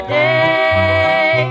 day